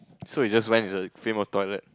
so he just went into like female toilet